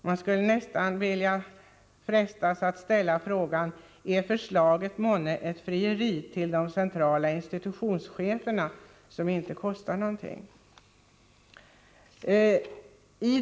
Man skulle nästan frestas att ställa frågan: Är förslaget månne ett frieri till de centrala institutionscheferna som inte kostar någonting?